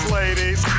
ladies